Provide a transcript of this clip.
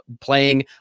playing